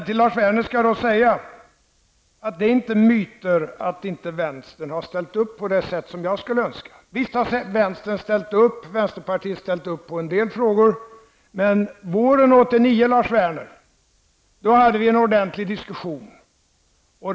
Till Lars Werner vill jag säga att det inte är en myt att vänstern inte har ställt upp på det sätt som jag skulle önska. Visst har vänsterpartiet ställt upp på en del frågor. Men våren 1989, Lars Werner, hade vi en ordentlig diskussion.